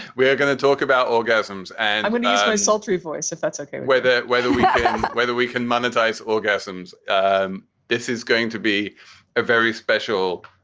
we are going to talk about orgasms and sultry voice if that's okay. whether whether we whether we can monetize orgasms. um this is going to be a very special.